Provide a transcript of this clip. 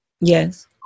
Yes